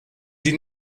die